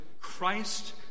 Christ